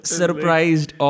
surprised